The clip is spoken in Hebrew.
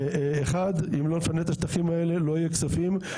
אחד אם לא נפנה את השטחים האלה לא יהיו כספים,